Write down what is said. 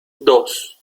dos